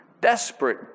Desperate